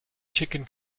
chicken